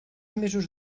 mesos